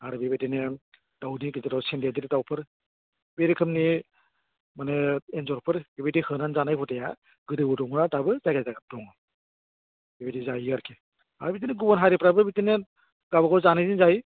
आरो बेबायदिनो दाउनि गेजेराव सेन्देदेर दाउफोर बे रोखोमनि माने एन्जरफोर बेबायदि होनानै जानाय हुदाया गोदोनि हुदाफ्रा दाबो जायगा जायगा दं बेबायदि जायो आरोकि आरो बिदिनो गुबुन हारिफ्राबो बिदिनो गावबा गाव जानायजों जायो